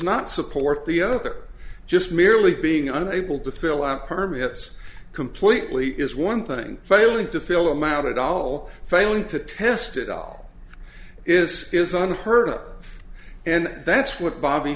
not support the other just merely being unable to fill out permits completely is one thing failing to fill them out at all failing to test it all is is unheard of and that's what bobby